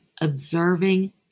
observing